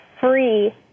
free